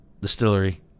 distillery